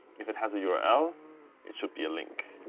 if it has a yeah url, it should be a link,